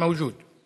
חמד עמאר, לא נמצא.